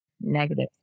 negative